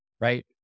right